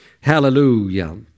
Hallelujah